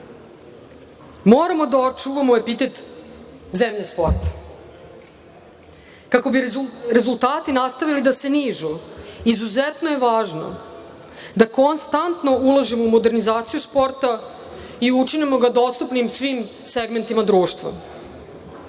Moramo da očuvamo epitet zemlje sporta. Kako bi rezultati nastavili da se nižu izuzetno je važno da konstantno ulažemo u modernizaciju sporta i učinimo ga dostupnim svim segmentima društva. Sa